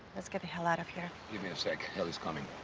let's get the hell out of here. give me a sec. eli's coming.